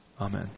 Amen